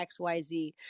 xyz